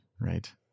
right